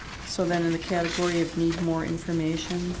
so then in the category of need more information